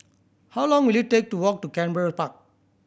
how long will it take to walk to Canberra Park